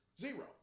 Zero